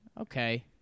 Okay